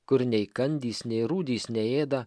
kur nei kandys nei rūdys neėda